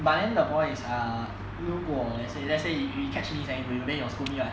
but then the point is err 如果 let's say let's say you catch me saying anything then you will scold me lah